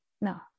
no